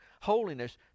holiness